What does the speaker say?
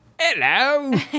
Hello